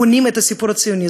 בונים את הסיפור הציוני.